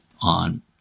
on